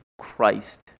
Christ